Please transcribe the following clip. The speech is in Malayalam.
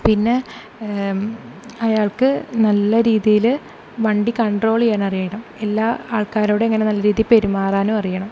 പിന്നെ അയാൾക്ക് നല്ല രീതിയിൽ വണ്ടി കൺട്രോൾ ചെയ്യാൻ അറിയണം എല്ലാ ആൾക്കാരോട് എങ്ങനെ നല്ല രീതിയിൽ പെരുമാറാനും അറിയണം